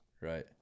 right